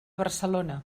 barcelona